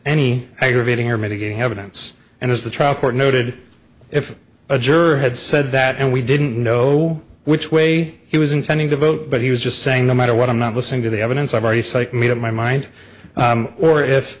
any aggravating and mitigating evidence and as the trial court noted if a juror had said that and we didn't know which way he was intending to vote but he was just saying no matter what i'm not listening to the evidence i've already psych made up my mind or if